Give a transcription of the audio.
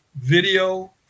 video